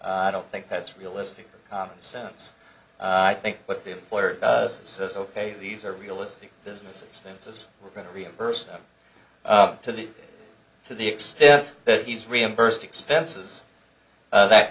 i don't think that's realistic common sense i think what the employer does says ok these are realistic business expenses we're going to reimburse them to the to the extent that he's reimbursed expenses that